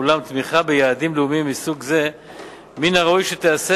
אולם תמיכה ביעדים לאומיים מסוג זה מן הראוי שתיעשה